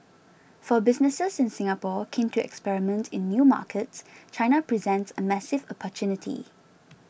for businesses in Singapore keen to experiment in new markets China presents a massive opportunity